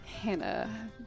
Hannah